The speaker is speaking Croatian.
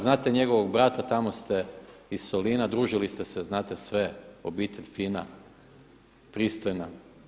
Znate njegovog brata, tamo ste iz Solina, družili ste se, znate sve, obitelj fina, pristojna.